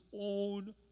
own